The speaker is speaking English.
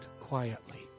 quietly